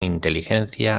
inteligencia